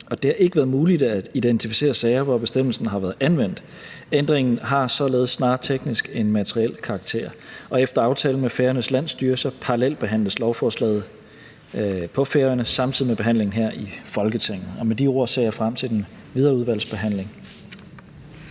det har ikke være muligt at identificere sager, hvor bestemmelsen har været anvendt. Ændringen har således snarere teknisk end materiel karakter. Og efter aftale med Færøernes landsstyre parallelbehandles lovforslaget på Færøerne samtidig med behandlingen her i Folketinget. Og med de ord ser jeg frem til den videre udvalgsbehandling.